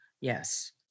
Yes